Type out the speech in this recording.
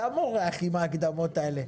אתה מורח עם ההקדמות האלה.